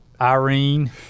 Irene